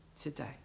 today